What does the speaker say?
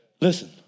Listen